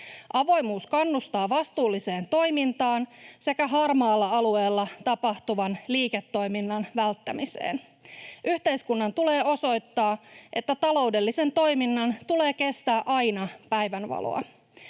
Avoimuus kannustaa vastuulliseen toimintaan sekä harmaalla alueella tapahtuvan liiketoiminnan välttämiseen. Yhteiskunnan tulee osoittaa, että taloudellisen toiminnan tulee kestää aina päivänvaloa.